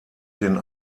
den